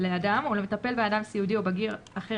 לאדם ולמטפל באדם סיעודי או בגיר אחר,